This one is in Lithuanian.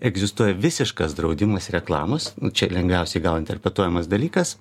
egzistuoja visiškas draudimas reklamos čia lengviausiai gal interpretuojamas dalykas